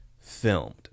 filmed